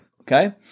Okay